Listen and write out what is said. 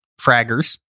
fraggers